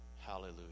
Hallelujah